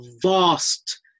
vast